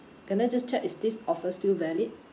can I just check is this offer still valid